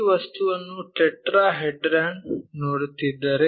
ಈ ವಸ್ತುವನ್ನು ಟೆಟ್ರಾಹೆಡ್ರನ್ ನೋಡುತ್ತಿದ್ದರೆ